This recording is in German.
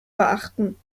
beachten